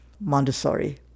Montessori